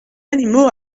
animaux